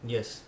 Yes